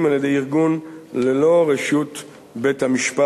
על-ידי ארגון ללא רשות בית-המשפט,